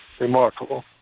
Remarkable